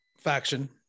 faction